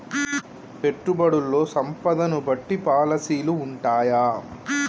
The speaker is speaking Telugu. పెట్టుబడుల్లో సంపదను బట్టి పాలసీలు ఉంటయా?